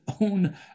own